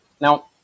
Now